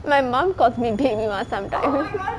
my mum calls me babyma sometimes